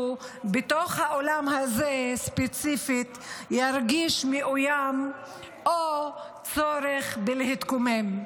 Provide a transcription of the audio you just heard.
בתוך האולם הזה ספציפית ירגיש מאוים או צורך להתקומם.